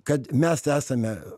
kad mes esame